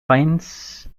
finds